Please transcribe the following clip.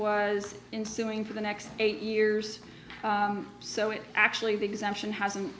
was in suing for the next eight years so it actually the exemption hasn't